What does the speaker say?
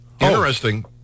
Interesting